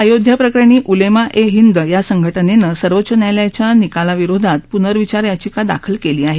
अयोध्या प्रकरणी उलेमा ए हिंद या संघटनेने सर्वोच्च न्यायालयाच्या निकाला विरोधात पनर्विचार याचिका दाखल केली आहे